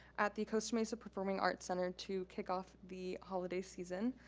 at the costa mesa performing arts center to kick off the holiday season.